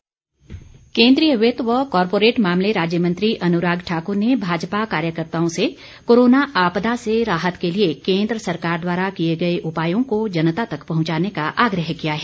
अनुराग ठाकुर केंद्रीय वित्त व कारपोरेट मामले राज्य मंत्री अनुराग ठाकुर ने भाजपा कार्यकर्ताओं से कोरोना आपदा से राहत के लिए केंद्र सरकार द्वारा किए गए उपायों को जनता तक पहुंचाने का आग्रह किया है